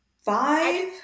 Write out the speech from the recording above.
five